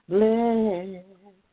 Bless